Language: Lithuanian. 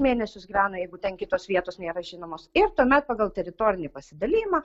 mėnesius gyvena jeigu ten kitos vietos nėra žinomos ir tuomet pagal teritorinį pasidalijimą